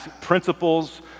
principles